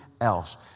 else